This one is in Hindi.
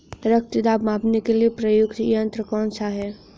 रक्त दाब मापने के लिए प्रयुक्त यंत्र कौन सा है?